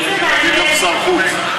אני גם שר חוץ.